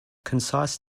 concise